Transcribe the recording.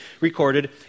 recorded